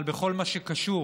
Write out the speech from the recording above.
אבל בכל מה שקשור